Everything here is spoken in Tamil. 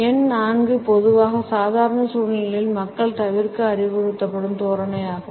எண் 4 பொதுவாக சாதாரண சூழ்நிலைகளில் மக்கள் தவிர்க்க அறிவுறுத்தப்படும் தோரணை ஆகும்